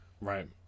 Right